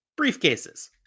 Briefcases